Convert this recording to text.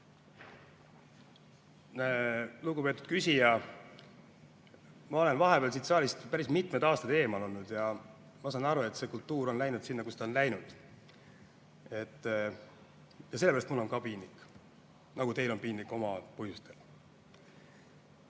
Lugupeetud küsija! Ma olen vahepeal siit saalist päris mitmeid aastaid eemal olnud, aga ma saan aru, et see kultuur on läinud sinna, kuhu ta on läinud. Ja sellepärast mul on ka piinlik. Nagu teil on piinlik oma põhjustel.